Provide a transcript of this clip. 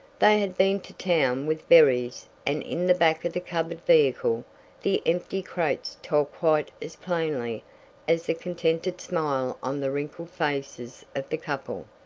they had been to town with berries and in the back of the covered vehicle the empty crates told quite as plainly as the contented smile on the wrinkled faces of the couple,